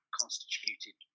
constituted